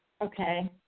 Okay